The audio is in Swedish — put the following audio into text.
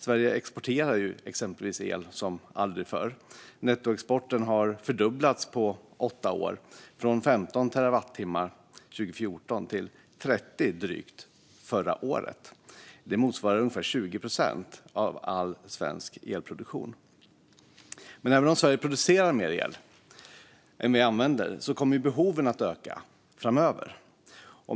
Sverige exporterar exempelvis el som aldrig förr. Nettoexporten har fördubblats på åtta år, från 15 terawattimmar 2014 till drygt 30 förra året. Det motsvarar ungefär 20 procent av all svensk elproduktion. Även om Sverige producerar mer el än vi använder kommer behoven att öka framöver.